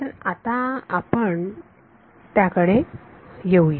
तर आता आपण आता आपण पुढे त्याकडे येऊया